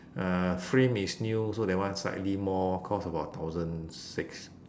uh frame is new so that one slightly more cost about thousand six